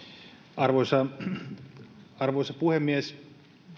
arvoisa arvoisa puhemies